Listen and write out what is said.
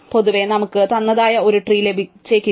പൊതുവേ നമുക്ക് തനതായ ഒരു ട്രീ ലഭിച്ചേക്കില്ല